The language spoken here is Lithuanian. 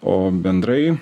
o bendrai